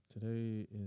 Today